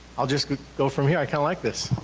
i'll just go from here, i like this.